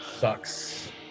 sucks